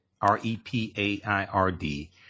R-E-P-A-I-R-D